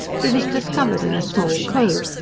he was discovered in a small cove,